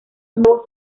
nuevo